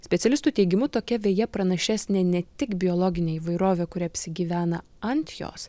specialistų teigimu tokia veja pranašesnė ne tik biologine įvairove kuri apsigyvena ant jos